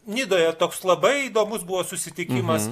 nidoje toks labai įdomus buvo susitikimas